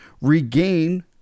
regain